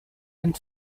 and